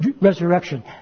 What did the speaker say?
resurrection